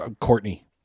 Courtney